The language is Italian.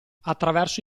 attraverso